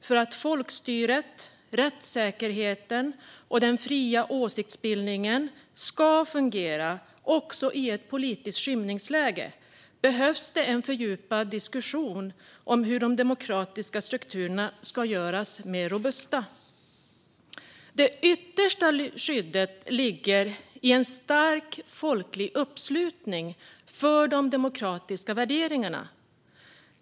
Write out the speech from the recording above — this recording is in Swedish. För att folkstyret, rättssäkerheten och den fria åsiktsbildningen ska fungera också i ett politiskt skymningsläge behövs en fördjupad diskussion om hur de demokratiska strukturerna ska göras mer robusta. Det yttersta skyddet ligger i en stark folklig uppslutning för de demokratiska värderingarna.